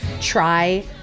try